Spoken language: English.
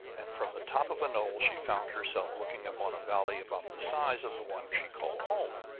and from the top of a knoll she found herself looking upon a valley about the size of the one she called home.